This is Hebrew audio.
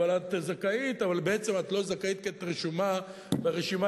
את זכאית אבל בעצם את לא זכאית כי את רשומה ברשימה